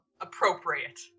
appropriate